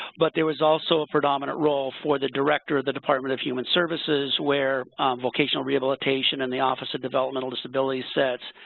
but, there was also a predominant role for the director of the department of human services where vocational rehabilitation and the office of development will disability sets,